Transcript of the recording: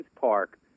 Park